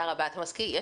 יש